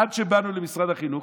עד שבאנו למשרד החינוך,